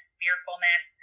fearfulness